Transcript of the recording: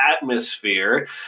atmosphere